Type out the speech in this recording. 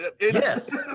Yes